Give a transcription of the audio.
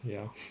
ya